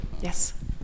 Yes